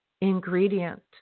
ingredient